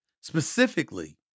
specifically